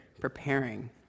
preparing